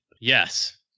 Yes